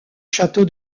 château